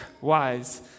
wise